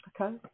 Okay